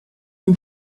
and